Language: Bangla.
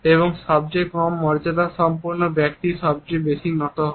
এবং সবচেয়ে কম মর্যাদা সম্পন্ন ব্যক্তি সবচেয়ে বেশি নত হয়